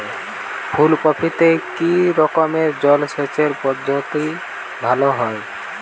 ফুলকপিতে কি রকমের জলসেচ পদ্ধতি ভালো হয়?